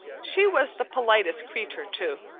she was the politest creature, too.